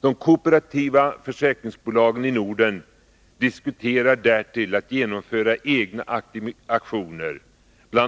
De kooperativa försäkringsbolagen i Norden diskuterar därtill att genomföra egna aktioner. Bl.